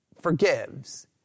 forgives